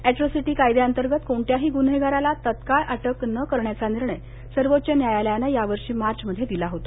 atrocity कायद्याअंतर्गत कोणत्याही गुन्हेगाराला तत्काळ अटक न करण्याचा निर्णय सर्वोच्च न्यायालयानं या वर्षी मार्चमध्ये दिला होता